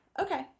Okay